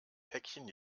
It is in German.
päckchen